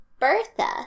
Bertha